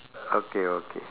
okay okay